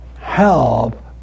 help